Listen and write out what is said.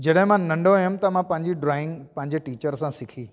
जॾहिं मां नन्ढो हुयमि त मां पंहिंजी ड्रॉईंग पंहिंजे टीचर सां सिखी